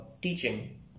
teaching